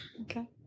Okay